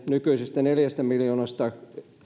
nykyisestä neljästä miljoonasta